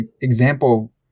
example